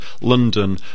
London